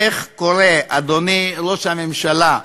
איך קורה, אדוני ראש הממשלה,